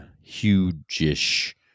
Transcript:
huge-ish